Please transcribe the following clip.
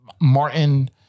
Martin